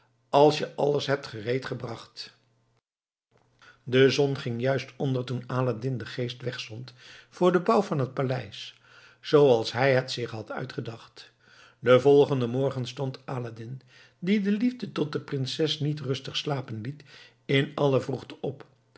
als je alles hebt gereed gebracht de zon ging juist onder toen aladdin den geest wegzond voor den bouw van het paleis zooals hij het zich had uitgedacht den volgenden morgen stond aladdin dien de liefde tot de prinses niet rustig slapen liet in alle vroegte op